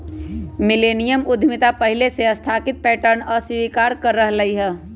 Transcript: millennium उद्यमिता पहिले से स्थापित पैटर्न के अस्वीकार कर रहल हइ